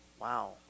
wow